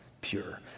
pure